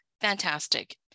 fantastic